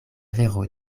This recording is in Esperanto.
vero